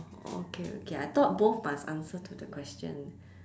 okay okay I thought both must answer to the question